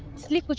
sleep.